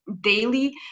daily